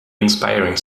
inspiring